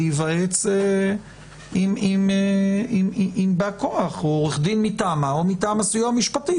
להיוועץ עם בא כוח או עם עורך דין מטעמה או מטעם הסיוע המשפטי.